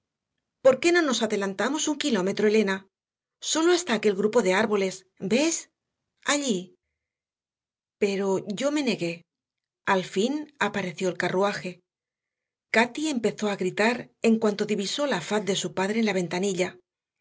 por qué no nos adelantamos un kilómetro elena sólo hasta aquel grupo de árboles ves allí pero yo me negué al fin apareció el carruaje cati empezó a gritar en cuanto divisó la faz de su padre en la ventanilla